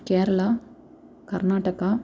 Kerala Karnataka